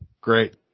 Great